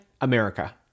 America